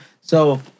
So-